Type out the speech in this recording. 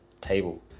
table